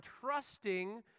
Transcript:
trusting